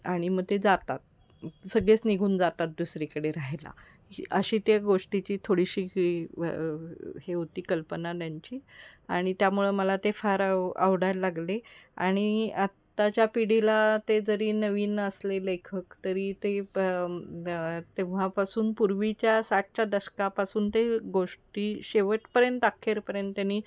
आणि मग ते जातात सगळेच निघून जातात दुसरीकडे राहायला ही अशी त्या गोष्टीची थोडीशी हे होती कल्पना त्यांची आणि त्यामुळं मला ते फार आव आवडायला लागले आणि आत्ताच्या पिढीला ते जरी नवीन असले लेखक तरी ते तेव्हापासून पूर्वीच्या साठच्या दशकापासून ते गोष्टी शेवटपर्यंत अखेरपर्यंत त्यांनी